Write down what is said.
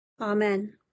Amen